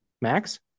Max